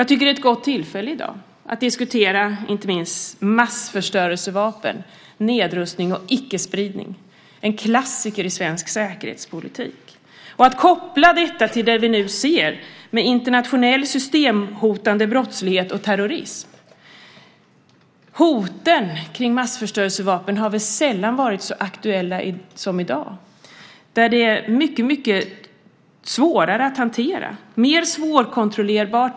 Jag tycker att det är ett gott tillfälle att göra det i dag - att diskutera inte minst massförstörelsevapen, nedrustning och icke-spridning, en klassiker i svensk säkerhetspolitik, och att koppla detta till det vi nu ser av internationell systemhotande brottslighet och terrorism. Hoten kring massförstörelsevapen har väl sällan varit så aktuella som i dag. De är också mycket svårare att hantera. Det är mer svårkontrollerbart.